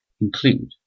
include